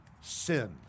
sin